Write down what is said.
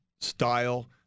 style